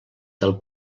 del